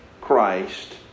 Christ